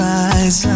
eyes